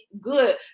good